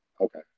Okay